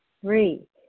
Three